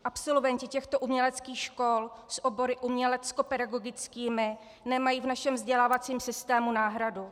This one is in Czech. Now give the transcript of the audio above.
Absolventi těchto uměleckých škol s obory uměleckopedagogickými nemají v našem vzdělávacím systému náhradu.